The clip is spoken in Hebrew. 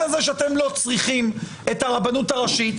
הזה שאתם לא צריכים את הרבנות הראשית.